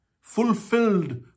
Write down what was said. fulfilled